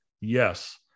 Yes